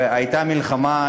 והייתה מלחמה.